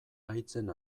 haitzen